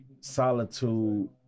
solitude